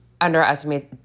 underestimate